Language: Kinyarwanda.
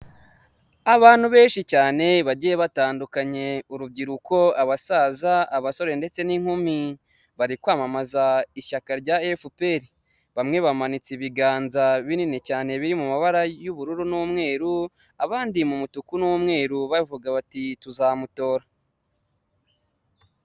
Imodoka nziza cyane y'umukara, ikaba ikodeshwa ariko ikaba ifite purake nziza cyane y'abaviyayipi. Bikaba bisobanuye yuko ishobora gutambuka isaha iyo ari yo yose kandi idahagaze.